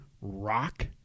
Rock